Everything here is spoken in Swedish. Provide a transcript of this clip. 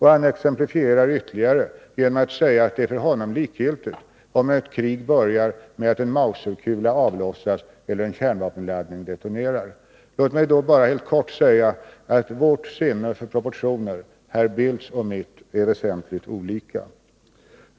Han exemplifierar ytterligare genom att säga, att det för Måndagen den honom är likgiltigt om ett krig börjar med att en mauserkula avlossas eller en 32 november 1982 kärnvapenladdning detonerar. Låt mig bara helt kort säga att vårt sinne för proportioner, herr Bildts och mitt, är väsentligt olika.